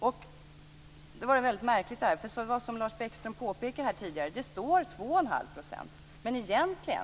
Därför är det lite märkligt, som Lars Bäckström påpekade här tidigare, att det står 2 1⁄2 %.